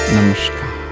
Namaskar